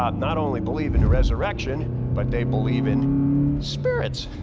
not not only believe in a resurrection but they believe in spirits.